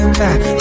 back